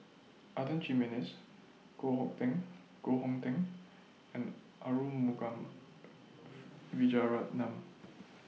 Adan Jimenez Koh Ho Teng Koh Hong Teng and Arumugam Vijiaratnam